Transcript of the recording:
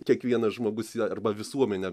kiekvienas žmogus arba visuomenė